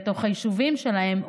לתוך היישובים שלהם,